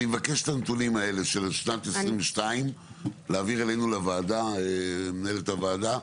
אני מבקש את הנתונים האלו של שנת 2022 להעביר אלינו אל מנהלת הוועדה,